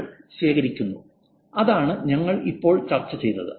ഉപയോക്തൃനാമങ്ങൾ ശേഖരിക്കുന്നു അതാണ് ഞങ്ങൾ ഇപ്പോൾ ചർച്ച ചെയ്തത്